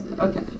Okay